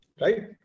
right